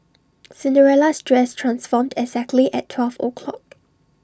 Cinderella's dress transformed exactly at twelve O clock